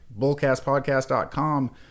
bullcastpodcast.com